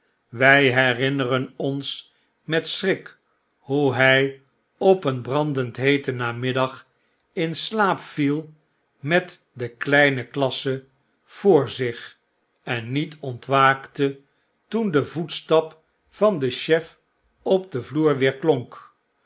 wg herinneren ons met scbrik hoe hij op een brand end heeten namiddag in slaap viel met de kleine klasse voor zich en niet ontwaakte toen de voetstap van den chef op den vloer weerklonk